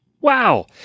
Wow